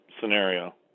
scenario